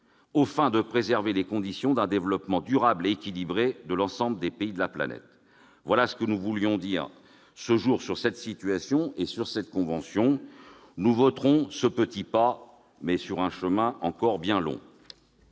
fins de préserver les conditions d'un développement durable et équilibré de l'ensemble des pays de la planète. Voilà ce que nous voulions dire ce jour sur cette situation et sur cette convention. Nous voterons ce petit pas, conscients que le chemin sera encore bien long.